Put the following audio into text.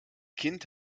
kind